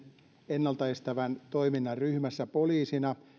ennalta estävän toiminnan ryhmässä poliisina